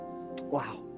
Wow